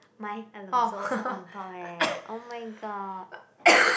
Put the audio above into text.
my was also on top eh oh-my-god